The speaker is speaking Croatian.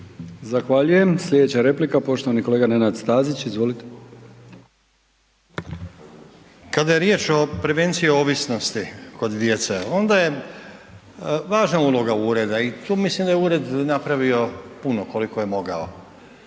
Zahvaljujem. Slijedeća replika poštovani kolega Nenad Stazić, izvolite. **Stazić, Nenad (SDP)** Kada je riječ o prevenciji ovisnosti kod djece, onda je važna uloga ureda i tu mislim da je ured napravio puno koliko je mogao,